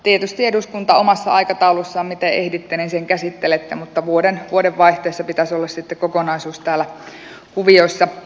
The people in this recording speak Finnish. tietysti eduskunta omassa aikataulussaan miten ehditte sen käsittelee mutta vuodenvaihteessa pitäisi olla sitten kokonaisuuden täällä kuvioissa